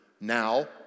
now